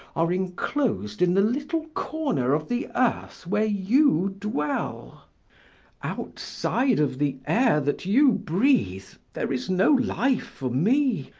are enclosed in the little corner of the earth where you dwell outside of the air that you breathe there is no life for me.